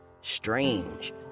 strange